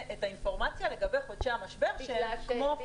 האינפורמציה לגבי חודשי המשבר שהם כמו פורס מז'ור?